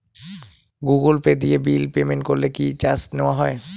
Google Pay দিয়ে bill payment করলে কি চার্জ নেওয়া হয়?